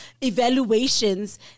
evaluations